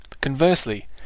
Conversely